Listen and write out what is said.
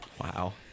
Wow